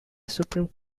supreme